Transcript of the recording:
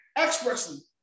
expressly